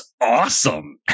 awesome